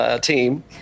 team